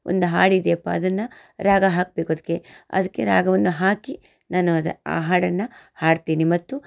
ಒಂದು ಹಾಡಿದೆಯಪ್ಪ ಅದನ್ನ ರಾಗ ಹಾಕಬೇಕು ಅದಕ್ಕೆ ಅದಕ್ಕೆ ರಾಗವನ್ನು ಹಾಕಿ ನಾನು ಅದು ಆ ಹಾಡನ್ನು ಹಾಡ್ತೀನಿ ಮತ್ತು